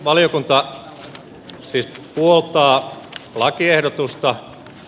valiokunta siis puoltaa lakiehdotusta